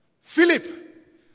Philip